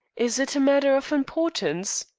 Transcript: is it a matter of importance?